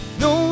no